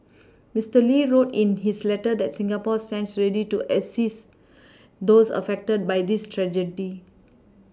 Mister Lee wrote in his letter that Singapore stands ready to assist those affected by this tragedy